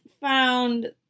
found